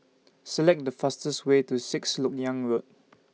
Select The fastest Way to Sixth Lok Yang Road